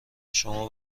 شما